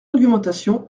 argumentation